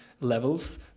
levels